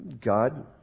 God